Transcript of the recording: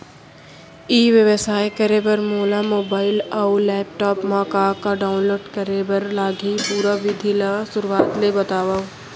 ई व्यवसाय करे बर मोला मोबाइल अऊ लैपटॉप मा का का डाऊनलोड करे बर लागही, पुरा विधि ला शुरुआत ले बतावव?